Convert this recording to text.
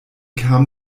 kam